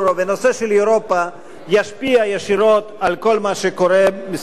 של אירופה ישפיע ישירות על כל מה שקורה מסביבנו.